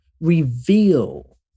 reveal